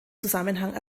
zusammenhang